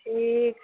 ठीक है